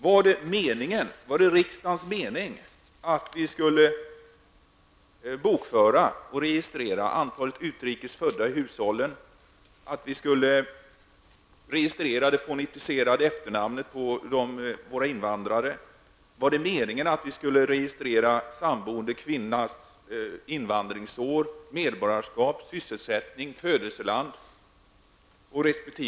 Var det riksdagens mening att man skulle bokföra och registrera antalet utrikes födda i hushållen och den fonetiska stavningen av våra invandrares namn? Var det meningen att man skulle registrera samboende kvinnas resp. mans invandringsår, medborgarskap, sysselsättning och födelseland?